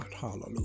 Hallelujah